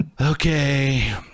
Okay